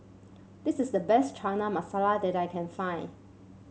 this is the best Chana Masala that I can find